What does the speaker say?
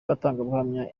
abatangabuhamya